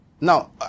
Now